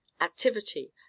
activity